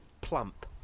plump